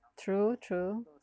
true true